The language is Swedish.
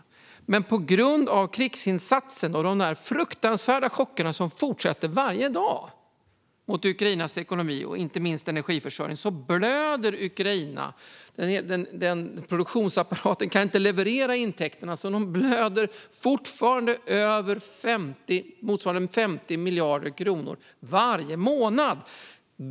Men Ukraina blöder på grund av krigsinsatsen och de fruktansvärda chocker som varje dag fortsätter mot Ukrainas ekonomi och inte minst energiförsörjning. Produktionsapparaten kan inte leverera intäkterna, så de blöder fortfarande över motsvarande 50 miljarder kronor varje månad.